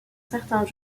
certains